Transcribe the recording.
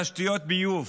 בתשתיות הביוב,